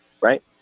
right